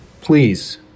Please